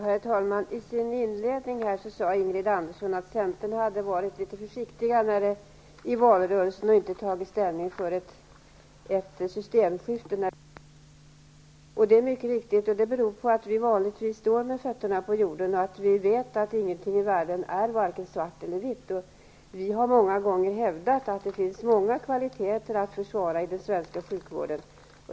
Herr talman! Ingrid Andersson sade i sin inledning att Centern hade varit litet försiktig i valrörelsen och inte tagit ställning för ett systemskifte när det gäller sjukvården. Det är riktigt, och det beror på att vi vanligtvis står med fötterna på jorden. Vi vet att ingenting i världen är antingen svart eller vitt. Vi har många gånger hävdat att det finns många kvaliteter att försvara i den svenska sjukvården.